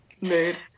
Mood